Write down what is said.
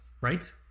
right